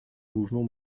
mouvement